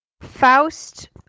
Faust